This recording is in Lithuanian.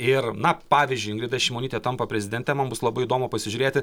ir na pavyzdžiui ingrida šimonytė tampa prezidente man bus labai įdomu pasižiūrėti